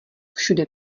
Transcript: všude